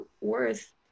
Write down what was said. worth